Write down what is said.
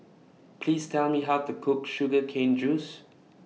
Please Tell Me How to Cook Sugar Cane Juice